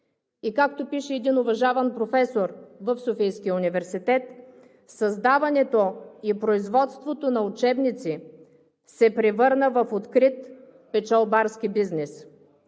И както пише един уважаван професор в Софийския университет: „Създаването и производството на учебници се превърна в открит печалбарски бизнес